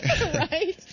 Right